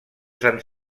sant